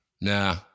Nah